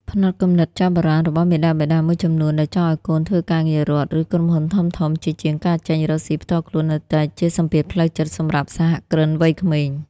ផ្នត់គំនិតចាស់បុរាណរបស់មាតាបិតាមួយចំនួនដែលចង់ឱ្យកូនធ្វើការងាររដ្ឋ ឬក្រុមហ៊ុនធំៗ ជាជាងការចេញរកស៊ីផ្ទាល់ខ្លួន នៅតែជាសម្ពាធផ្លូវចិត្តសម្រាប់សហគ្រិនវ័យក្មេង។